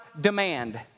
demand